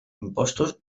impostos